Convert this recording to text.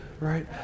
right